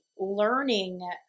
learning